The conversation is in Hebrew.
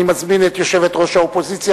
אני מזמין את יושבת-ראש האופוזיציה,